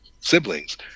siblings